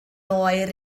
oer